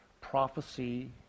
prophecy